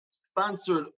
sponsored